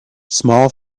small